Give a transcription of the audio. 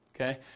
okay